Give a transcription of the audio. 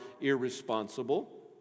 irresponsible